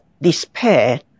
despair